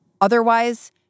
Otherwise